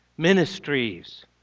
ministries